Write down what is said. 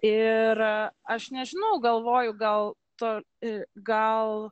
ir aš nežinau galvoju gal to ir gal